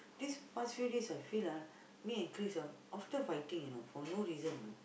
this past few days I feel ah me and Chris ah often fighting know for no reason know